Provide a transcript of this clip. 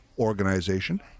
organization